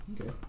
Okay